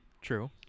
True